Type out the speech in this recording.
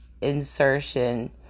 insertion